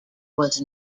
was